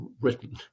written